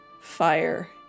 fire